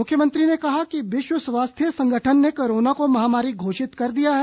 मुख्यमंत्री ने कहा कि विश्व स्वास्थ्य संगठन ने कोरोना को महामारी घोषित कर दिया है